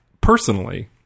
personally